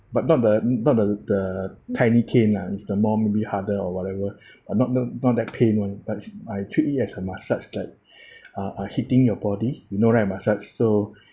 but not the not the the tiny cane lah is the more maybe harder or whatever uh not not not that pain [one] but I treat it as a massage like uh uh hitting your body you know right massage so